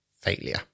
failure